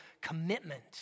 commitment